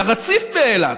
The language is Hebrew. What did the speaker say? לרציף באילת.